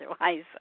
otherwise